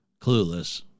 clueless